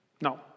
No